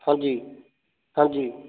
ਹਾਂਜੀ ਹਾਂਜੀ